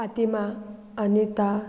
Fatima Anita